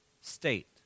state